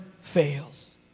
fails